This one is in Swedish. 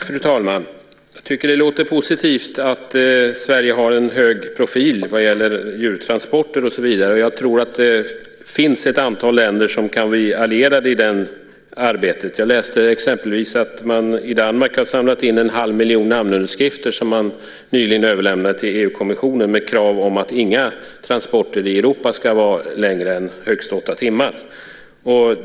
Fru talman! Jag tycker att det låter positivt att Sverige har en hög profil vad gäller djurtransporter och så vidare. Jag tror också att det finns ett antal länder som kan bli våra allierade i det arbetet. Jag läste exempelvis att man i Danmark hade samlat in en halv miljon namnunderskrifter som man nyligen överlämnade till EU-kommissionen med krav på att inga transporter i Europa ska vara längre än högst åtta timmar.